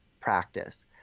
practice